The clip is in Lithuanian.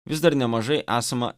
vis dar nemažai esama